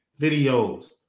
videos